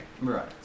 Right